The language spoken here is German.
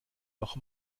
noch